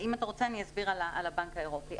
אם אתה רוצה אני אסביר על הבנק האירופי.